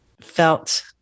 felt